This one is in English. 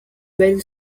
very